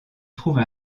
trouve